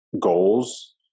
goals